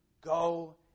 go